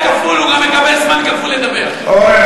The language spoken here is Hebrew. אורן,